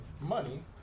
money